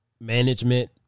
Management